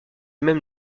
même